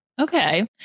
Okay